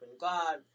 God